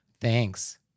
thanks